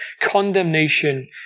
condemnation